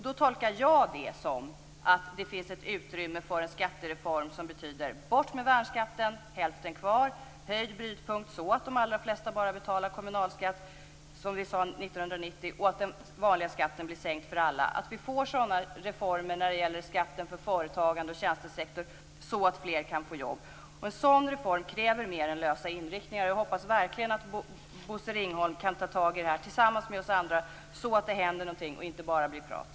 Det tolkar jag som att det finns utrymme för en skattereform som betyder: Bort med värnskatten, hälften kvar, höjd brytpunkt så att de allra flesta bara betalar kommunalskatt - som vi sade 1990 - och att den vanliga skatten sänks för alla. Det kan också bli förändringar när det gäller skatten för företagande och tjänstesektor så att fler kan få jobb. En sådan reform kräver mer än lösa inriktningar. Jag hoppas verkligen att Bosse Ringholm kan ta tag i det tillsammans med oss andra, så att det händer någonting och inte bara blir prat.